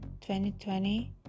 2020